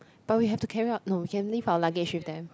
but we have to carry out no we can leave our luggage with them